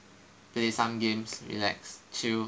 play some games relax chil